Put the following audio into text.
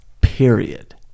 period